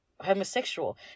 homosexual